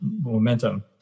momentum